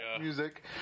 Music